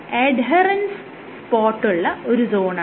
ഇത് എഡ്ഹെറെൻസ് സ്പോട്ടുള്ള ഒരു സോണാണ്